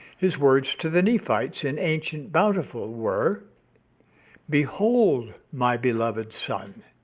his words to the nephites in ancient bountiful were behold my beloved son,